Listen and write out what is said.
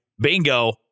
Bingo